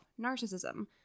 narcissism